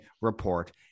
report